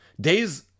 Days